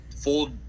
full